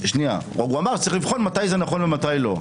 הוא אמר שצריך לבחון מתי זה נכון ומתי לא.